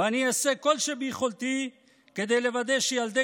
ואני אעשה כל שביכולתי כדי לוודא שילדי